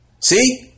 See